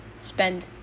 spend